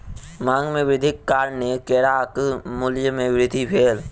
मांग वृद्धिक कारणेँ केराक मूल्य में वृद्धि भेल